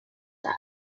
داد